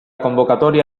convocatoria